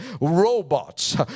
robots